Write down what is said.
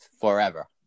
forever